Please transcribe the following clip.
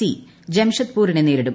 C ജംഷഡ്പൂരിനെ നേരിടും